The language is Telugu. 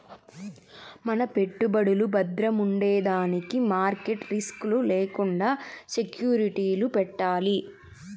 మన పెట్టుబడులు బద్రముండేదానికి మార్కెట్ రిస్క్ లు లేకండా సెక్యూరిటీలు పెట్టాలి